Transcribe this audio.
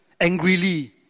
angrily